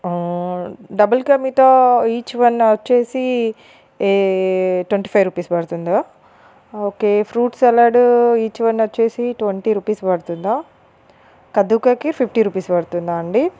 double ka meetha each one వచ్చేసి a twenty five rupees పడుతుందా okay fruit salad each one వచ్చేసి twenty rupees పడుతుందా kaddu ka kheer fifty rupees పడుతుందా అండి